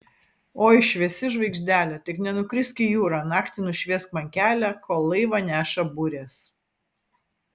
oi šviesi žvaigždele tik nenukrisk į jūrą naktį nušviesk man kelią kol laivą neša burės